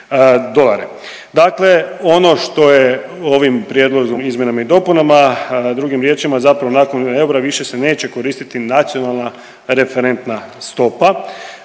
Dakle, ono što je ovim prijedlogom, izmjenama i dopunama drugim riječima zapravo nakon eura više se neće koristiti nacionalna referentna stopa